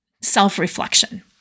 self-reflection